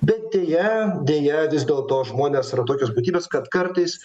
bet deja deja vis dėlto žmonės yra tokios būtybės kad kartais